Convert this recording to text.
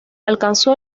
alcanzó